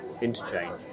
interchange